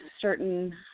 certain